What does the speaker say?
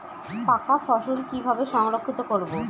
পাকা ফসল কিভাবে সংরক্ষিত করব?